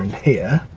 here